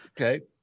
Okay